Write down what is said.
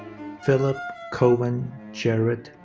philip colvin jarrett,